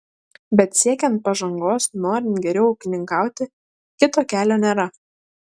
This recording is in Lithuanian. bet siekiant pažangos norint geriau ūkininkauti kito kelio nėra